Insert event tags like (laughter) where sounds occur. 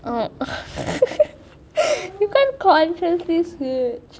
(laughs) hmm (laughs) some conference is it